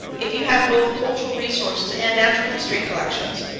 if you have both cultural resources and natural history collections,